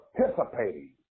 participating